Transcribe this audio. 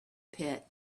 pit